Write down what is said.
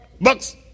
Buck's